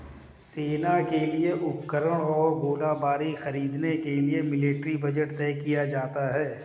सेना के लिए उपकरण और गोलीबारी खरीदने के लिए मिलिट्री बजट तय किया जाता है